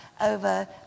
over